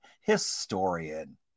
historian